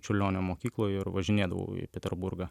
čiurlionio mokykloj ir važinėdavau į peterburgą